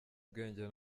ubwenge